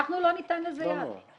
אנחנו לא ניתן לזה יד.